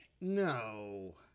No